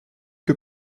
que